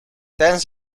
tijdens